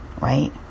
Right